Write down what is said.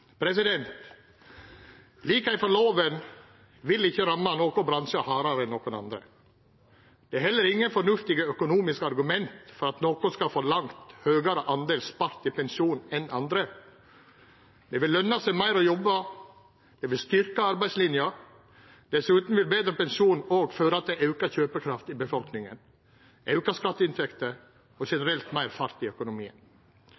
loven vil ikkje ramma nokon bransjar hardare enn nokon andre. Det er heller ingen fornuftige økonomiske argument for at nokon skal få ein langt høgare del oppspart i pensjon enn andre. Det vil løna seg meir å jobba, det vil styrkja arbeidslinja. Dessutan vil betre pensjon òg føra til auka kjøpekraft i befolkninga, auka skatteinntekter og